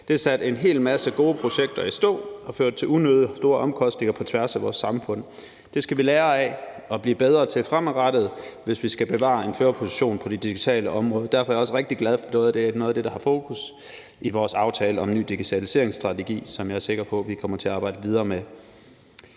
Det satte en hel masse gode projekter i stå og førte til unødigt store omkostninger på tværs af vores samfund. Det skal vi lære af og blive bedre til fremadrettet, hvis vi skal bevare en førerposition på det digitale område. Derfor er jeg også rigtig glad for, at det er noget af det, der har fokus i vores aftale om en ny digitaliseringsstrategi, og som jeg er sikker på vi kommer til at arbejde videre med.